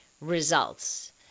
results